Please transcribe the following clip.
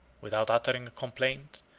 without uttering a complaint,